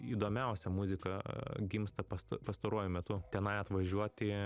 įdomiausia muzika gimsta pasta pastaruoju metu tenai atvažiuoti